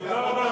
מבטיח.